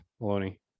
Maloney